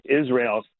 Israel